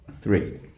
three